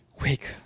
wake